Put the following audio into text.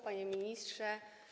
Panie Ministrze!